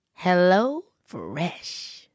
HelloFresh